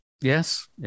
Yes